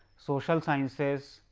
social sciences,